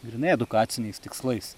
grynai edukaciniais tikslais